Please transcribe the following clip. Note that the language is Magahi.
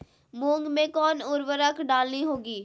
मूंग में कौन उर्वरक डालनी होगी?